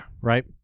Right